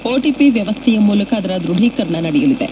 OTP ವ್ಯವಸ್ಥೆಯ ಮೂಲಕ ಅದರ ದೃಢೀಕರಣ ನಡೆಯಲಿದೆ